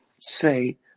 say